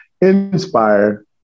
inspire